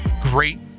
great